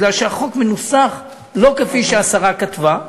כי החוק מנוסח לא כפי שהשרה כתבה.